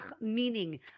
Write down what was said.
meaning